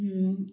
ହୁଁ